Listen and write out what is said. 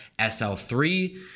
SL3